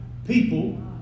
people